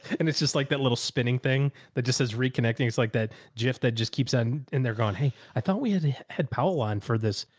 and it's just like that little spinning thing that just says reconnecting it's like that jif that just keeps on in there going, hey, i thought we had had power line for this.